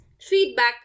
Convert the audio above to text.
feedback